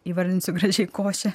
įvardinsiu gražiai košė